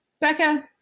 Becca